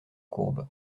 courbe